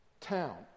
town